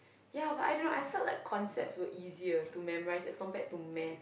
yeah I don't know I felt like concepts were easier to memorise as compared to maths